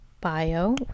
bio